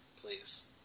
Please